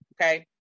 Okay